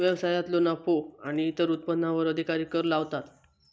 व्यवसायांतलो नफो आणि इतर उत्पन्नावर अधिकारी कर लावतात